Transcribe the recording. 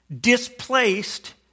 displaced